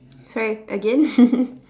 sorry again